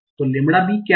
तो lambda B क्या है